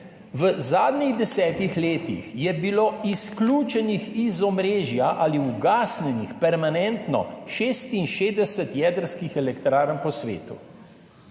V zadnjih desetih letih je bilo izključenih iz omrežja ali permanentno ugasnjenih 66 jedrskih elektrarn po svetu.